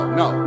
no